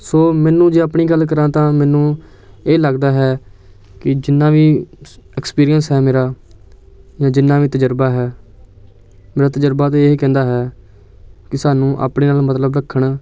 ਸੋ ਮੈਨੂੰ ਜੇ ਆਪਣੀ ਗੱਲ ਕਰਾਂ ਤਾਂ ਮੈਨੂੰ ਇਹ ਲੱਗਦਾ ਹੈ ਕਿ ਜਿੰਨਾ ਵੀ ਐਕਸਪੀਰੀਅੰਸ ਹੈ ਮੇਰਾ ਜਾਂ ਜਿੰਨਾ ਵੀ ਤਜ਼ਰਬਾ ਹੈ ਮੇਰਾ ਤਜ਼ਰਬਾ ਤਾਂ ਇਹ ਕਹਿੰਦਾ ਹੈ ਕਿ ਸਾਨੂੰ ਆਪਣੇ ਨਾਲ ਮਤਲਬ ਰੱਖਣ